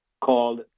called